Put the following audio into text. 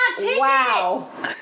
Wow